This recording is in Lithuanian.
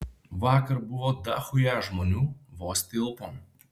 vakar buvo dachuja žmonių vos tilpom